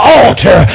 altar